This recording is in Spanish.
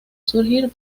surgir